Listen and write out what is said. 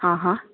हा हा